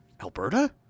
Alberta